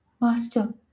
Master